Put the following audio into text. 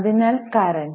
അതിനാൽ കറൻറ്